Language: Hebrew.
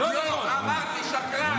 -- לא אמרתי "שקרן",